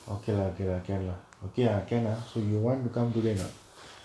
okay lah okay lah can lah okay ah can ah so you want to come today now